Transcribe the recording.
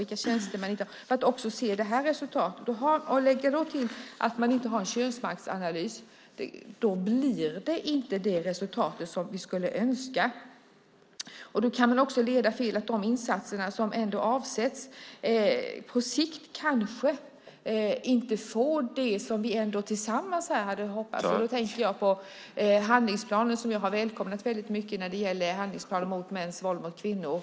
Lägger man sedan till att man inte har någon könsmaktsanalys blir det inte de resultat som vi skulle önska. Då får kanske inte heller de åtgärder som ändå vidtas på sikt de effekter som vi tillsammans hade hoppats. Då tänker jag på handlingsplanen, som jag har välkomnat väldigt mycket, handlingsplanen om mäns våld mot kvinnor.